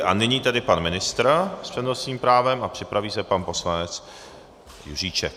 A nyní tedy pan ministr s přednostním právem a připraví se pan poslanec Juříček.